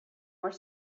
were